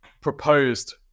proposed